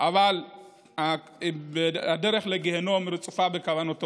אבל הדרך לגיהינום רצופה כוונות טובות,